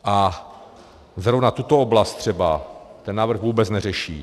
A zrovna tuto oblast třeba ten návrh vůbec neřeší.